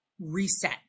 reset